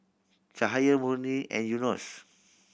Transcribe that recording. Cahaya Murni and Yunos